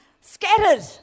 scattered